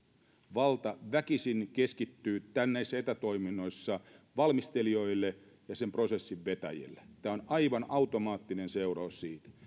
valta väkisin keskittyy näissä etätoiminnoissa valmistelijoille ja sen prosessin vetäjille tämä on aivan automaattinen seuraus siitä ja